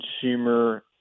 consumer